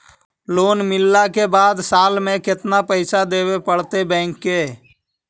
Loan मिलला के बाद साल में केतना पैसा देबे पड़तै बैक के?